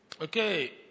okay